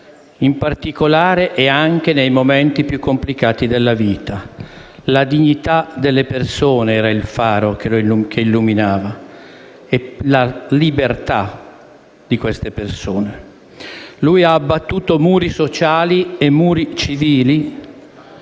in particolare e anche nei momenti più complicati della vita. La dignità delle persone era il faro che illuminava, insieme alla libertà delle stesse. Ha abbattuto muri sociali e muri civili